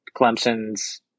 Clemson's